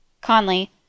Conley